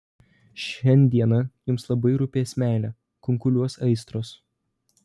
šiandieną jums labai rūpės meilė kunkuliuos aistros